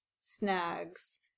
snags